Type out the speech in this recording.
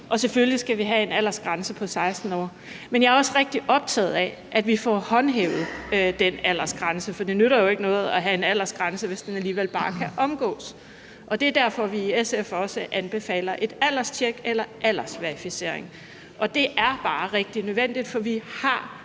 vi selvfølgelig skal have en aldersgrænse på 16 år. Men jeg er også rigtig optaget af, at vi får håndhævet den aldersgrænse. For det nytter jo ikke noget at have en aldersgrænse, hvis den alligevel bare kan omgås, og det er også derfor, vi i SF anbefaler et alderstjek eller en aldersverificering, og det er bare rigtig nødvendigt. For vi har